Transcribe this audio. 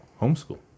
homeschool